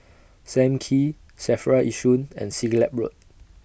SAM Kee SAFRA Yishun and Siglap Road